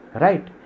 Right